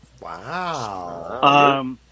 Wow